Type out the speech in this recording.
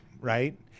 right